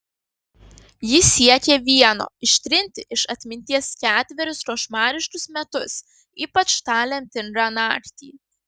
ji siekė vieno ištrinti iš atminties ketverius košmariškus metus ypač tą lemtingą naktį